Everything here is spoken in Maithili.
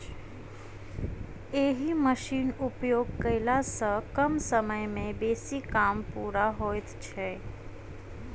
एहि मशीनक उपयोग कयला सॅ कम समय मे बेसी काम पूरा होइत छै